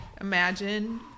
Imagine